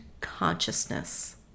consciousness